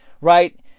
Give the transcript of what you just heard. right